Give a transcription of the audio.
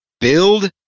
build